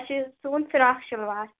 اَسہِ اوس سُووُن فِراکھ شِلوار